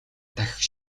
дахь